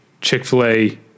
chick-fil-a